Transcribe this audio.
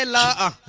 ah da